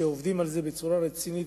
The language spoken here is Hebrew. כשעובדים על זה בצורה רצינית,